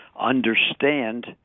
understand